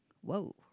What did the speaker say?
whoa